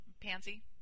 Pansy